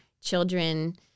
children